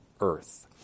earth